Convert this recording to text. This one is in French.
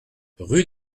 rue